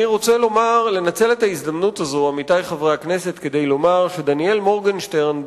אני רוצה לנצל את ההזדמנות הזאת כדי לומר שדניאל מורגנשטרן,